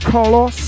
Carlos